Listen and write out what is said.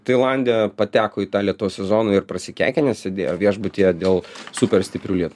tailande pateko į tą lietaus sezoną ir prasikeikė nes sėdėjo viešbutyje dėl super stiprių lie